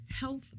health